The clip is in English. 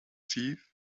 thief